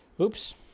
Oops